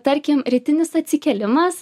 tarkim rytinis atsikėlimas